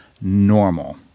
normal